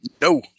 No